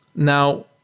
now,